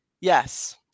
yes